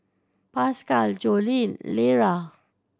Pascal Jocelyne Lera